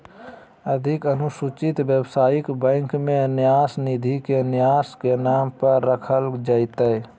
अधिक अनुसूचित व्यवसायिक बैंक में न्यास निधि के न्यास के नाम पर रखल जयतय